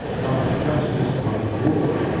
not of justice, but of war,